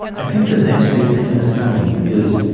i think the next big thing that is coming is,